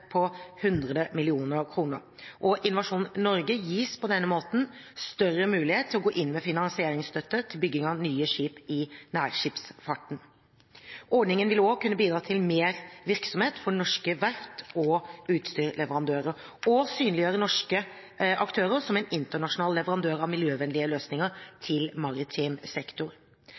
på 100 mill. kr. Innovasjon Norge gis på denne måten større mulighet til å gå inn med finansieringsstøtte til bygging av nye skip i nærskipsfarten. Ordningene vil også kunne bidra til mer virksomhet for norske verft og utstyrsleverandører og synliggjøre norske aktører som en internasjonal leverandør av miljøvennlige løsninger til maritim sektor.